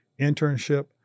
internship